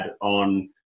on